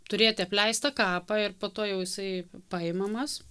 turėti apleistą kapą ir po to jau jisai paimamas